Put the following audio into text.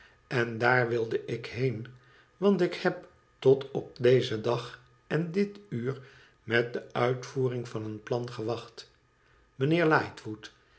en daar wilde ik heen want ik heb tot op dezen dag en dit uur met de uitvoering van een plan gewacht mijnheer